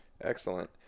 Excellent